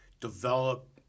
develop